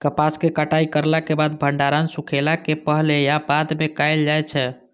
कपास के कटाई करला के बाद भंडारण सुखेला के पहले या बाद में कायल जाय छै?